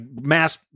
mass